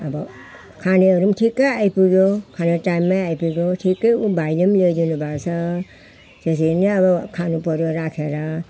अब खानेहरू पनि ठिकै आइपुग्यो खाने टाइममै आइपुग्यो ठिकै ऊ भाइले पनि ल्याइदिनु भएछ त्यसरी नै अब खानुपऱ्यो राखेर